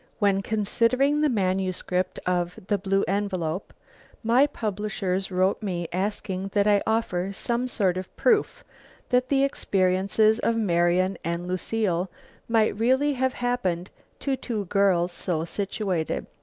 when considering the manuscript of the blue envelope my publishers wrote me asking that i offer some sort of proof that the experiences of marian and lucile might really have happened to two girls so situated.